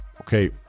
Okay